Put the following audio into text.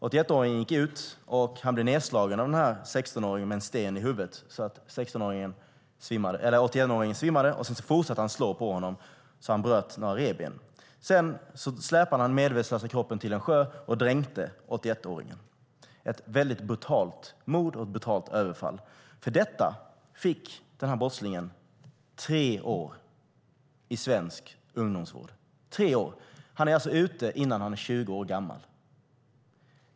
81-åringen blev nedslagen av 16-åringen med en sten i huvudet. 81-åringen svimmade, och 16-åringen fortsatte att slå på pensionären så att han bröt några revben. Sedan släpade 16-åringen den medvetslöse 81-åringen till en sjö och dränkte honom. Det var ett brutalt överfall och mord. För detta fick denna brottsling tre år i svensk ungdomsvård. Han är alltså ute innan han är 20 år gammal.